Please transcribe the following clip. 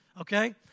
Okay